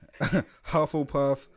Hufflepuff